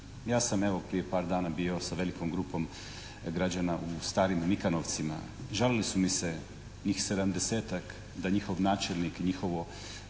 Ja sam evo prije par dana bio sa velikom grupom građana u Starim Mikanovcima. Žalili su mi se njih 70-tak da njihov načelnik, njihovo